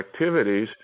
activities